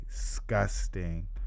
disgusting